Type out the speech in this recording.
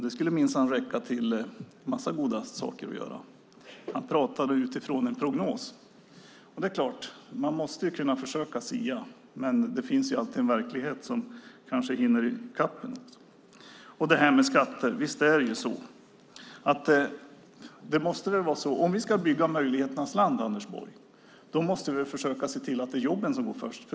Det skulle minsann räcka till en massa goda saker att göra. Han pratade utifrån en prognos. Man måste kunna försöka sia, men det finns alltid en verklighet som kanske hinner i kapp en. Om vi ska bygga möjligheternas land, Anders Borg, måste vi försöka se till att det är jobben som går först.